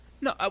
No